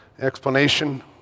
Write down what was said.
Explanation